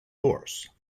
horse